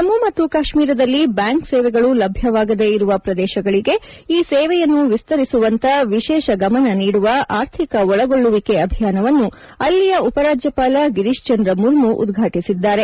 ಜಮ್ನು ಮತ್ತು ಕಾಶ್ಮೀರದಲ್ಲಿ ಬ್ಯಾಂಕ್ ಸೇವೆಗಳು ಲಭ್ಯವಾಗದೆ ಇರುವ ಪ್ರದೇಶಗಳಿಗೆ ಈ ಸೇವೆಯನ್ನು ವಿಸ್ತರಿಸುವಂತ ವಿಶೇಷ ಗಮನ ನೀಡುವ ಆರ್ಥಿಕ ಒಳಗೊಳ್ಳುವಿಕೆ ಅಭಿಯಾನವನ್ನು ಅಲ್ಲಿಯ ಉಪರಾಜ್ಯಪಾಲ ಗಿರೀಶ್ಚಂದ್ರ ಮುರ್ಮು ಉದ್ಘಾಟಿಸಿದ್ದಾರೆ